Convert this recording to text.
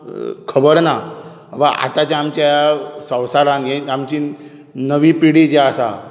खबर ना वा आतां जें आमच्या संवसारांत हे आमची नवी पिढी जी आसा